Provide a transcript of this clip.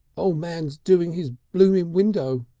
o' man's doing his blooming window.